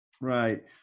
Right